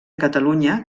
catalunya